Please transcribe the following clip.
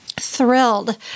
Thrilled